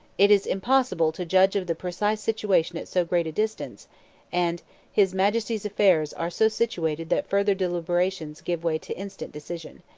it is impossible to judge of the precise situation at so great a distance and his majesty's affairs are so situated that further deliberations give way to instant decision.